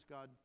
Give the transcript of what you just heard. God